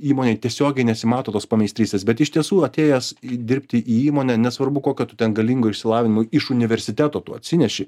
įmonėj tiesiogiai nesimato tos pameistrystės bet iš tiesų atėjęs į dirbti į įmonę nesvarbu kokio tu ten galingo išsilavinimo iš universiteto tu atsinešei